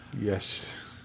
Yes